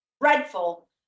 dreadful